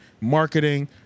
marketing